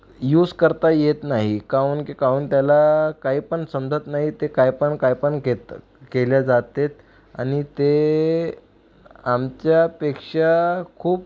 use करता येत नाही काउन के काउन त्याला कायपण समजत नाही ते कायपण कायपण केतं केल्या जातेत आणि ते आमच्यापेक्षा खूप